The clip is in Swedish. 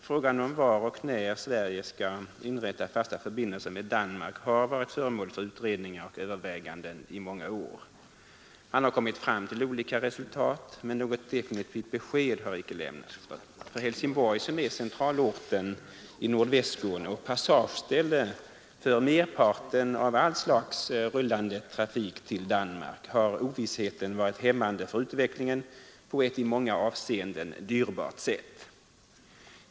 Frågan om var och när Sverige skall inrätta fasta förbindelser med Danmark har varit föremål för utredningar och överväganden i många år. Man har kommit fram till olika resultat, men något definitivt besked har icke lämnats. För Helsingborg, som är centralorten i Nordvästskåne och passageställe för merparten av allt slags rullande trafik till Danmark, har ovissheten varit hämmande för utvecklingen på ett i många avseenden dyrbart sätt.